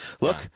look